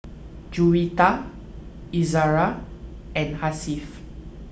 Juwita Izzara and Hasif